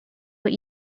what